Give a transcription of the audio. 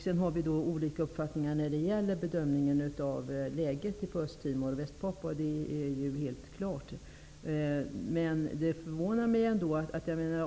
Sedan har vi olika uppfattningar när det gäller bedömningen av läget på Östtimor och Västpapua. Det är helt klart.